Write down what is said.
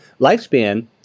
lifespan